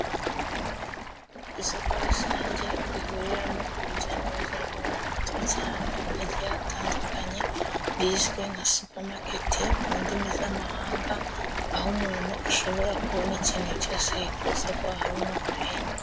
Isoko rusange rihuriramo urujya n'uruza rw'abantu baturutse ahantu hagiye hatandukanye rizwi nka supamaketi mu ndimi z'amahanga, aho umuntu ashobora kubona ikintu cyose yifuza guhaha bimworoheye.